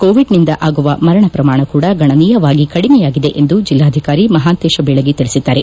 ಕೋವಿಡ್ನಿಂದ ಆಗುವ ಮರಣ ಪ್ರಮಾಣ ಕೂಡ ಗಣನೀಯವಾಗಿ ಕಡಿಮೆಯಾಗಿದೆ ಎಂದು ಜಿಲ್ಲಾಧಿಕಾರಿ ಮಪಾಂತೇಶ ಬೀಳಗಿ ತಿಳಿಸಿದ್ದಾರೆ